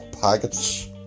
packets